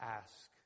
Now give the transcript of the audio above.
ask